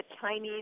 Chinese